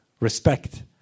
respect